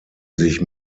sich